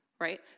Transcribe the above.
Right